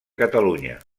catalunya